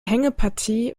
hängepartie